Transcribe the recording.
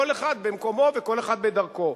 כל אחד במקומו וכל אחד בדרכו.